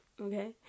Okay